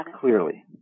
Clearly